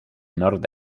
nord